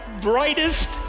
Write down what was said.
brightest